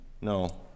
No